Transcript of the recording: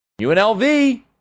UNLV